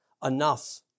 Enough